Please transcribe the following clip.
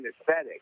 aesthetic